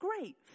Great